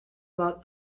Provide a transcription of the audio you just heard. about